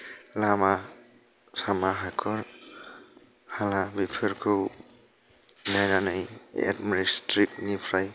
लामा सामा हाखर हाला बेफोरखौ नायनानै एदमिनिस्त्रेतनिफ्राय